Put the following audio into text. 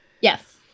yes